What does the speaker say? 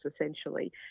essentially